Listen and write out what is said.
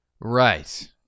Right